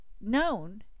known